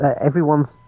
everyone's